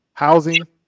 Housing